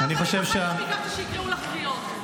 אני אף פעם לא ביקשתי שיקראו לך קריאות,